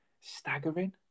staggering